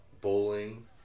bowling